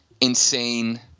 insane